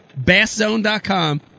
basszone.com